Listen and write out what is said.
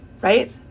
Right